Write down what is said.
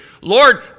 Lord